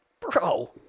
Bro